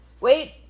Wait